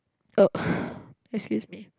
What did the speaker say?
oh excuse me